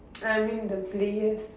I mean the players